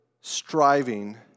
striving